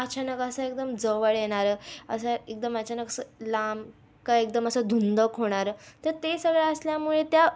अचानक असं एकदम जवळ येणारं असं एकदम अचानक असं लांब का एकदम असं धुंदक होणारं तर ते सगळं असल्यामुळे त्या